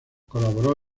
colaboró